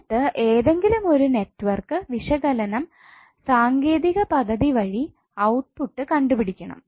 എന്നിട്ട് ഏതെങ്കിലുമൊരു നെറ്റ്വർക്ക് വിശകലനം സാങ്കേതികപദ്ധതി വഴി ഔട്ട്പുട്ട് കണ്ടുപിടിക്കണം